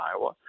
Iowa